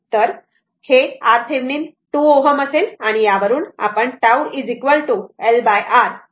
तर ते RThevenin 2 Ω असेल आणि यावरून आपण τ LR हा टाईम कॉन्स्टंट शोधू शकतो